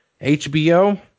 HBO –